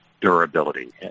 durability